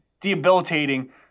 debilitating